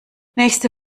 nächste